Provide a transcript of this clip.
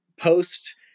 post